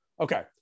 Okay